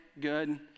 good